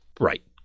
Right